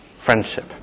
friendship